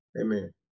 Amen